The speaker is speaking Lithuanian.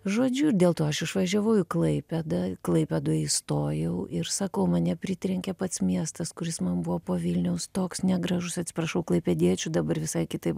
žodžiu dėl to aš išvažiavau į klaipėdą klaipėdoj įstojau ir sakau mane pritrenkė pats miestas kuris man buvo po vilniaus toks negražus atsiprašau klaipėdiečių dabar visai kitaip